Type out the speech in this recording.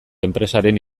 enpresaren